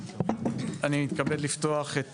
אני מתכבד לפתוח את